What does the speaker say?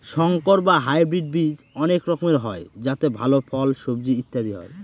সংকর বা হাইব্রিড বীজ অনেক রকমের হয় যাতে ভাল ফল, সবজি ইত্যাদি হয়